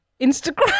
Instagram